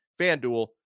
FanDuel